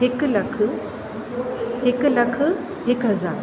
हिकु लखु हिकु लखु हिकु हज़ारु